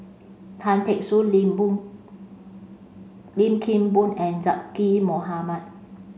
Tan Teck Soon Lim Boon Lim Kim Boon and Zaqy Mohamad